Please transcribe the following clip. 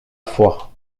foi